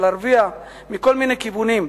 להרוויח מכל מיני כיוונים.